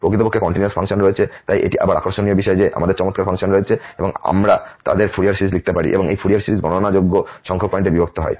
প্রকৃতপক্ষে continuous function রয়েছে তাই এটি আবার আকর্ষণীয় বিষয় যে আমাদের চমৎকার ফাংশন রয়েছে এবং আমরা তাদের ফুরিয়ার সিরিজ লিখতে পারি এবং এই ফুরিয়ার সিরিজ গণনাযোগ্য সংখ্যক পয়েন্টে বিভক্ত হয়